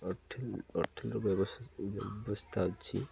hotel ହୋଟେଲ୍ର ବ୍ୟବ ବ୍ୟବସ୍ଥା ଅଛି